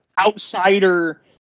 outsider